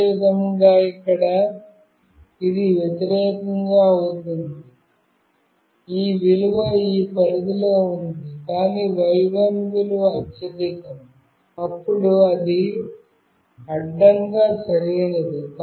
అదేవిధంగా ఇక్కడ ఇది వ్యతిరేకం అవుతుంది ఈ విలువ ఈ పరిధిలో ఉంది కానీ y1 విలువ అత్యధికం అప్పుడు అది అడ్డంగా సరైనది